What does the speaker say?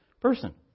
person